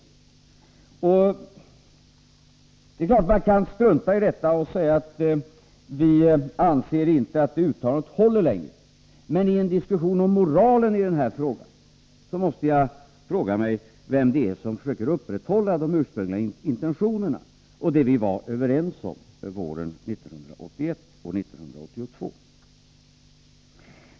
Det är klart att man kan strunta i detta och säga: Vi anser inte att uttalandet håller längre. Men i en diskussion om moralen i den här frågan måste jag undra vem det är som försöker upprätthålla de ursprungliga intentionerna och det som vi var överens om våren 1981 och 1982.